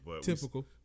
Typical